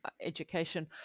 education